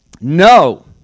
No